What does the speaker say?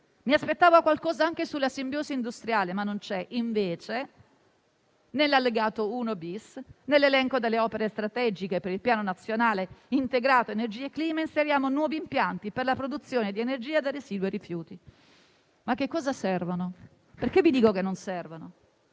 mi aspettavo qualcosa anche sulla simbiosi industriale, ma non c'è. Nell'Allegato I-*bis*, invece, nell'elenco delle opere strategiche per il Piano nazionale integrato energia e clima 2030, inseriamo nuovi impianti per la produzione di energia da residui e rifiuti. Vi dico che non servono.